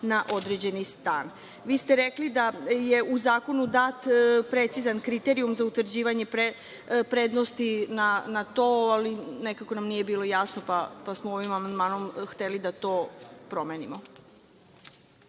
na određeni stan. Vi ste rekli da je u zakonu dat precizan kriterijum za utvrđivanje prednosti na to, ali nekako nam nije bilo jasno pa smo ovim amandmanom hteli da to promenimo.